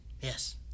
Yes